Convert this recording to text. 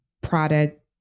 product